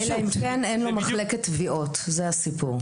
אלא אם כן אין לו מחלקת תביעות, זה הסיפור.